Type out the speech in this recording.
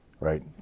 right